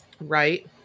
right